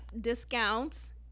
discounts